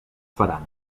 faran